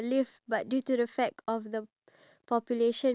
the younger people are going to spend there so